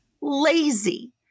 lazy